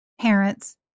parents